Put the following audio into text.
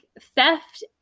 theft